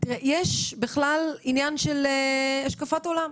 יש בכלל עניין של השקפת עולם.